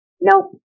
Nope